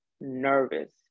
nervous